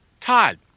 Todd